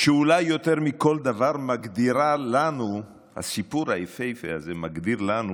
אולי יותר מכל דבר הסיפור היפהפה הזה מגדיר לנו